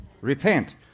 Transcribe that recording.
Repent